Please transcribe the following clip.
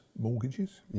mortgages